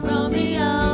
Romeo